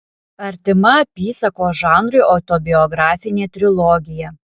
artima apysakos žanrui autobiografinė trilogija